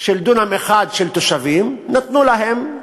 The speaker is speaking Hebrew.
של דונם אחד של תושבים, נתנו להם,